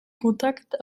contacts